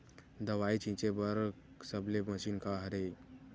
दवाई छिंचे बर सबले मशीन का हरे?